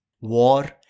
War